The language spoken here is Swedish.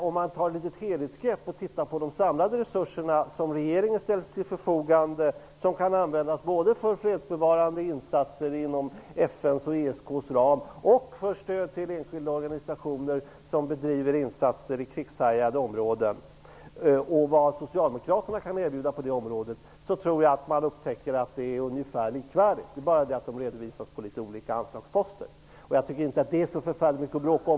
Om man vid ett helhetsgrepp ser på de samlade resurserna som regeringen ställt till förfogande, resurser som kan användas både för fredsbevarande insatser inom FN:s och ESK:s ram och för stöd till enskilda organisationer som bedriver insatser i krigshärjade områden, upptäcker man att det som erbjuds och det som Socialdemokraterna kan erbjuda på detta område är ungefär likvärdigt. Resurserna redovisas bara under olika anslagsposter. Det är egentligen inte så förfärligt mycket att bråka om.